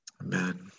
Amen